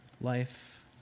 life